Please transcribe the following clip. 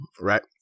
Right